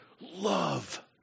love